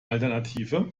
alternative